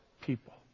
people